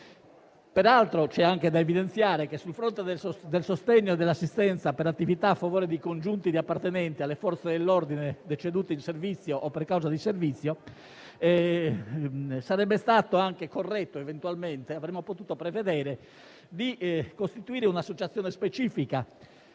Peraltro, c'è da evidenziare che, sul fronte del sostegno e dell'assistenza per attività a favore di congiunti di appartenenti alle Forze dell'ordine deceduti in servizio o per causa di servizio, sarebbe stato anche corretto prevedere l'istituzione di un'associazione specifica,